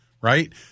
Right